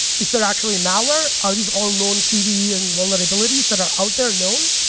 is there actually malware? are these all known cv and vulnerabilities that are out there known?